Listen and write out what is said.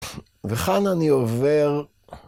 וכאן אני עובר.